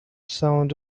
sound